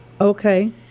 Okay